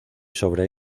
sobre